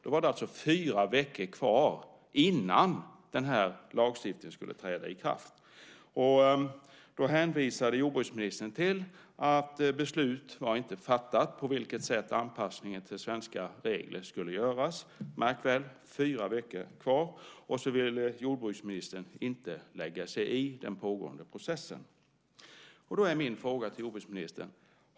Då var det fyra veckor kvar innan lagstiftningen skulle träda i kraft. Jordbruksministern hänvisade till att beslut inte var fattat om på vilket sätt anpassningen till svenska regler skulle göras. Märk väl: fyra veckor kvar. Sedan ville jordbruksministern inte lägga sig i den pågående processen.